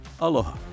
aloha